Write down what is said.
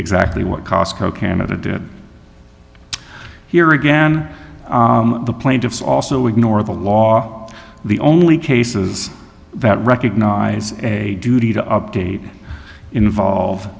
exactly what costco canada did here again the plaintiffs also ignore the law the only cases that recognize a duty to update involve